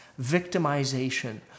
victimization